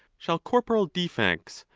shall corporal defects,